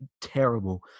terrible